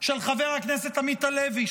של חבר הכנסת עמית הלוי,